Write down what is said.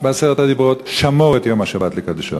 בעשרת הדיברות: "שמור את יום השבת לקדשו".